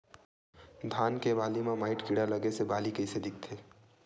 धान के बालि म माईट कीड़ा लगे से बालि कइसे दिखथे?